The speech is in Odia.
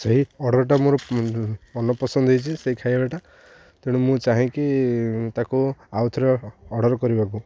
ସେହି ଅର୍ଡ଼ରଟା ମୋର ମନପସନ୍ଦ ହେଇଛି ସେଇ ଖାଇବାଟା ତେଣୁ ମୁଁ ଚାହେଁକି ତାକୁ ଆଉଥରେ ଅର୍ଡ଼ର କରିବାକୁ